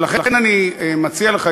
ולכן אני מציע לך,